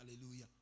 Hallelujah